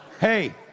Hey